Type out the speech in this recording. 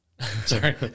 Sorry